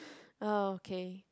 oh okay